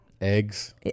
Eggs